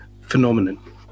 phenomenon